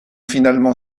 finalement